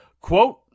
Quote